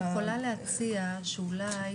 אני יכולה להציע שאולי,